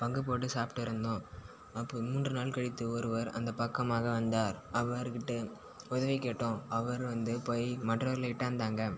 பங்கு போட்டு சாப்பிட்டுருந்தோம் அப்போது மூன்று நாள் கழித்து ஒருவர் அந்த பக்கமாக வந்தார் அவர்கிட்ட உதவி கேட்டோம் அவர் வந்து போய் மற்றவர்களை இட்டாந்தாங்க